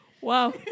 Wow